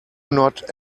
not